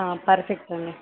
perfect అండి